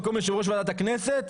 ועדת הכנסת.